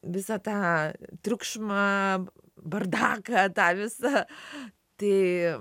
visą tą triukšmą bardąką tą visą tai